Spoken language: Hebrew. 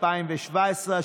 2017,